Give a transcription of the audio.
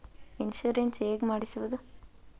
Insurance ಹೇಗೆ ಮಾಡಿಸುವುದು?